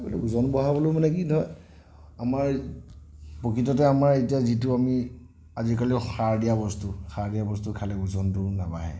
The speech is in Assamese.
আৰু ওজন বঢ়াবলৈ মানে কি ধৰ আমাৰ প্ৰকৃততে আমাৰ এতিয়া যিটো আমি আজিকালি সাৰ দিয়া বস্তু সাৰ দিয়া বস্তু খালে ওজনটো নাবাঢ়ে